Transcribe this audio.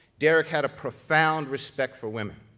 derrick had a profound respect for women.